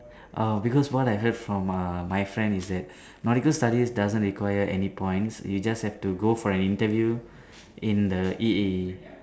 uh because what I heard from uh my friend is that nautical studies doesn't require any points you just have to go for an interview in the E_E